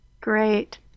Great